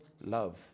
love